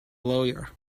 lawyer